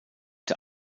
der